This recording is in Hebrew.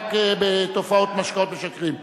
למאבק בתופעות משקאות משכרים מזויפים,